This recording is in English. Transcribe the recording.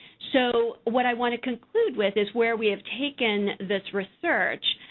so, what i want to conclude with is where we have taken this research,